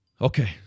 okay